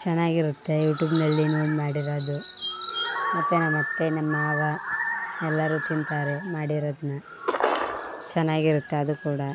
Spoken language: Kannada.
ಚೆನ್ನಾಗಿರುತ್ತೆ ಯೂಟ್ಯೂಬ್ನಲ್ಲಿ ನೋಡಿ ಮಾಡಿರೋದು ಮತ್ತು ನಮ್ಮ ಅತ್ತೆ ನಮ್ಮ ಮಾವ ಎಲ್ಲರು ತಿಂತಾರೆ ಮಾಡಿರೋದನ್ನ ಚೆನ್ನಾಗಿರುತ್ತೆ ಅದು ಕೂಡ